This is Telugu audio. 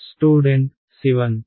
స్టూడెంట్ 7